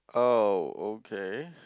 oh okay